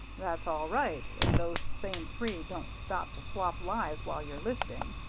that's all right if those same three don't stop to swap lies while you're lifting.